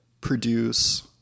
produce